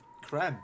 creme